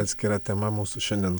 atskira tema mūsų šiandien